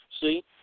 see